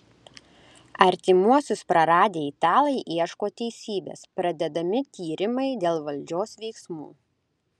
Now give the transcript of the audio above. artimuosius praradę italai ieško teisybės pradedami tyrimai dėl valdžios veiksmų